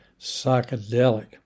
psychedelic